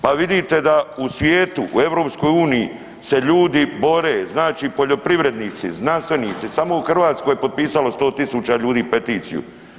Pa vidite da u svijetu, u EU-u se ljudi bore, znači poljoprivrednici, znanstvenici, samo u Hrvatskoj je potpisalo 100 000 ljudi peticiju.